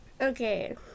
Okay